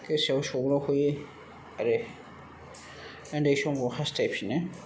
गोसोआव सौग्रावफैयो आरो उन्दै समखौ हास्थायफिनो